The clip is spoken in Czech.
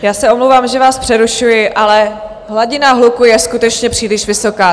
Já se omlouvám, že vás přerušuji, ale hladina hluku je skutečně příliš vysoká.